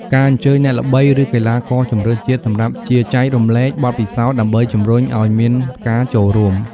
ការអញ្ជើញអ្នកល្បីឬកីឡាករជម្រើសជាតិសម្រាប់ជាចែករំលែកបទពិសោធន៍ ដើម្បីជម្រុញអោយមានការចូលរួម។